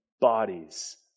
bodies